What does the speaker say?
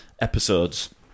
episodes